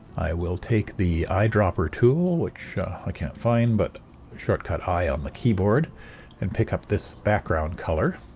i will take the eyedropper tool which i can't find but shortcut i on the keyboard and pick up this background color,